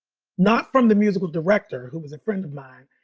not from the musical director who was a friend of mine,